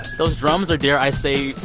those drums are, dare i say,